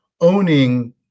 owning